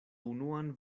unuan